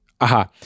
Aha